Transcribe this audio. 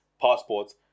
passports